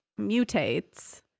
mutates